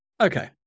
Okay